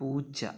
പൂച്ച